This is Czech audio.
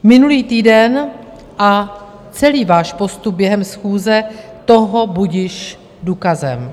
Minulý týden a celý váš postup během schůze toho budiž důkazem.